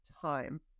time